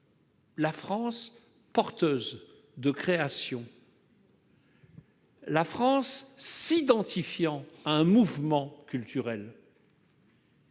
la France porteuse de créations ; la France s'identifiant à un mouvement culturel.